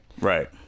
Right